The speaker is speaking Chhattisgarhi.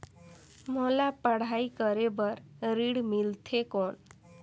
मोला पढ़ाई करे बर ऋण मिलथे कौन?